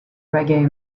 reggae